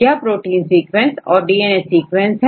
यह protein sequence और DNA sequence है